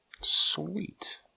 Sweet